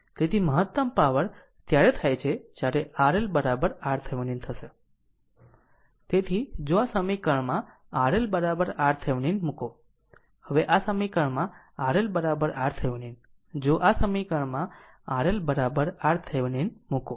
તેથી મહત્તમ પાવર ત્યારે થાય છે જ્યારે RL RThevenin થશે તેથી જો આ સમીકરણમાં RL RThevenin મૂકો હવે આ સમીકરણમાં RL RThevenin જો આ સમીકરણમાં RL RThevenin મૂકો